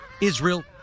Israel